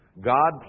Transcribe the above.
God